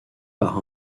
par